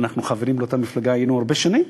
ואנחנו היינו חברים באותה מפלגה הרבה שנים,